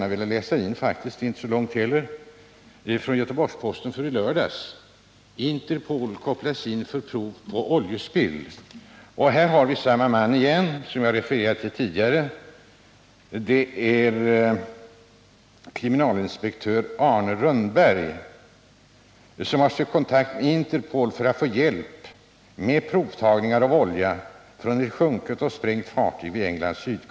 Det är från Göteborgs-Posten för i lördags och är inte heller särskilt långt. Rubriken lyder: Interpol kopplas in för prov på oljespill. Här har vi namnet på samme man som jag refererade till tidigare, nämligen kriminalinspektör Arne Rönnberg, som enligt tidningen har sökt kontakt med Interpol ”för att få hjälp med provtagning av olja från ett sjunket och sprängt fartyg vid Englands sydostkust.